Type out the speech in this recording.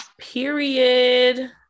Period